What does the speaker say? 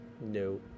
No